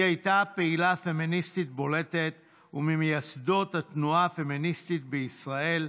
הייתה פעילה פמיניסטית בולטת וממייסדות התנועה הפמיניסטית בישראל,